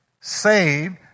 saved